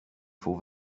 faut